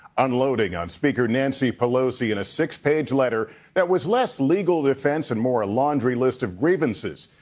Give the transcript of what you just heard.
unloading on speaker nancy pelosi in a six-page letter that was less legal defense and more a laundry list of grievances,